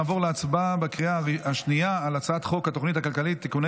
נעבור להצבעה בקריאה השנייה על הצעת חוק התוכנית הכלכלית (תיקוני